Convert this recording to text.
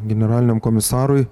generaliniam komisarui